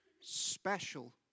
special